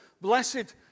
blessed